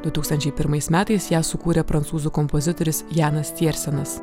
du tūkstančiai pirmais metais ją sukūrė prancūzų kompozitorius janas tiersenas